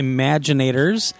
Imaginators